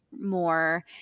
more